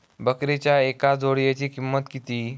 बकरीच्या एका जोडयेची किंमत किती?